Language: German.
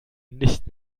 nicht